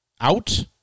out